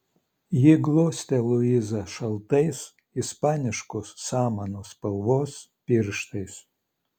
ji glostė luizą šaltais ispaniškų samanų spalvos pirštais